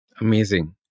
Amazing